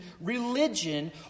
religion